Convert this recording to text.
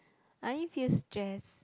I only feel stress